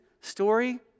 story